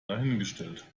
dahingestellt